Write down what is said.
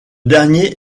dernier